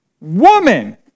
Woman